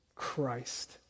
Christ